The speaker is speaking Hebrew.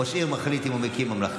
ראש עיר מחליט אם הוא מקים ממלכתי,